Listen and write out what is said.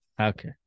Okay